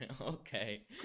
Okay